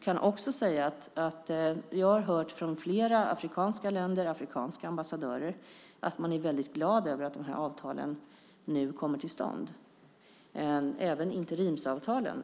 kan också säga att jag har hört från flera afrikanska länder och afrikanska ambassadörer att man är väldigt glad över att de här avtalen nu kommer till stånd, även när det gäller interimsavtalen.